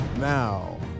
Now